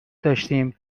داشتیم